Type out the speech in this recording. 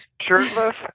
Shirtless